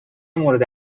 مورد